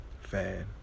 Fan